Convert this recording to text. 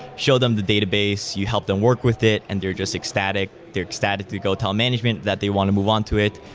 show them the database, you help them work with it and they're just ecstatic. they're ecstatic to go tell management that they want to move on to it,